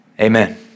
Amen